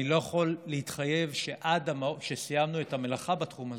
אני לא יכול להתחייב שסיימנו את המלאכה בתחום הזה,